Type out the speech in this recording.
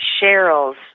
Cheryl's